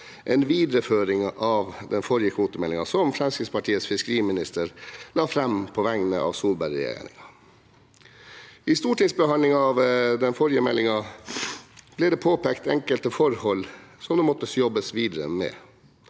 en videreføring av den forrige kvotemeldingen, som Fremskrittspartiets fiskeriminister la fram på vegne av Solberg-regjeringen. Ved stortingsbehandlingen av den forrige meldingen ble det påpekt enkelte forhold som det måtte jobbes videre med,